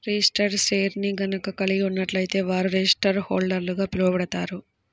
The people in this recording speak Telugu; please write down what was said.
రిజిస్టర్డ్ షేర్ని గనక కలిగి ఉన్నట్లయితే వారు రిజిస్టర్డ్ షేర్హోల్డర్గా పిలవబడతారు